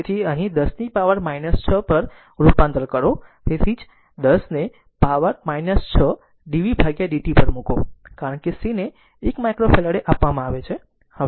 તેથી અહીં 10 ની પાવર 6 પર રૂપાંતર કરો તેથી જ 10 ને પાવર 6 dv dt પર મૂકો કારણ કે c ને 1 માઇક્રોફેરાડે આપવામાં આવે છે